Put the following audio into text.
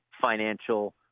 financial